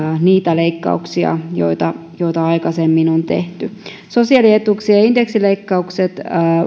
niitä leikkauksia joita joita aikaisemmin on tehty sosiaalietuuksien indeksileikkaukset